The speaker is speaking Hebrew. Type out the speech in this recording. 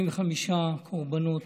45 קורבנות,